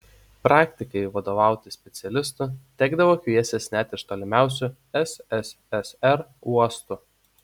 praktikai vadovauti specialistų tekdavo kviestis net iš tolimiausių sssr uostų